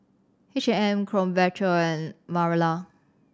H M Krombacher and Barilla